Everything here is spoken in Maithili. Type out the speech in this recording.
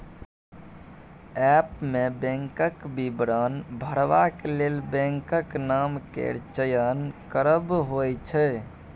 ऐप्प मे बैंकक विवरण भरबाक लेल बैंकक नाम केर चयन करब होइ छै